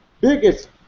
biggest